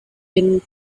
been